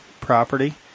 property